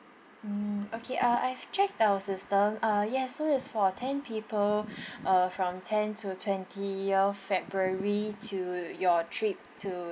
mm okay uh I've checked our system uh yes so it's for ten people uh from ten to twentieth february to your trip to